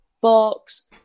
books